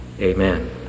Amen